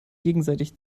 gegenseitig